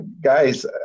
guys